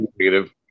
negative